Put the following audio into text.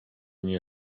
nie